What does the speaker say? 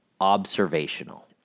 observational